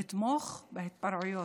לתמוך בהתפרעויות.